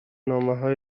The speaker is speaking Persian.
نامههای